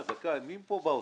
מי פה מהאוצר?